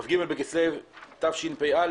היום כ"ג בכסלו התשפ"א,